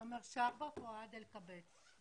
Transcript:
פניתי למשרד האוצר ואני